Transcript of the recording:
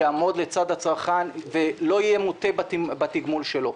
שיעמוד לצד הצרכן ולא יהיה מוטה בתגמול שלו.